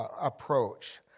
approach